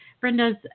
Brenda's